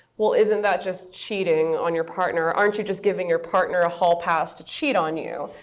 well, isn't that just cheating on your partner? aren't you just giving your partner a hall pass to cheat on you?